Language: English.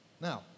Now